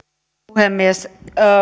puhemies